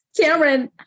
cameron